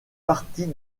partie